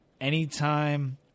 anytime